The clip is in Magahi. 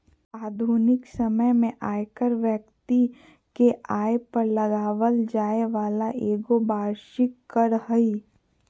आधुनिक समय में आयकर व्यक्ति के आय पर लगाबल जैय वाला एगो वार्षिक कर हइ